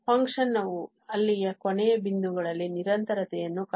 Function ವು ಅಲ್ಲಿಯ ಕೊನೆಯ ಬಿಂದುಗಳಲ್ಲಿ ನಿರಂತರತೆಯನ್ನು ಕಾಯ್ದುಕೊಳ್ಳುತ್ತಿದೆ